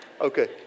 Okay